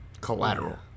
collateral